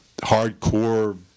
hardcore